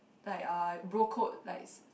like uh bro code like